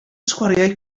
sgwariau